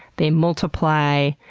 they multiply,